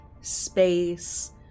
space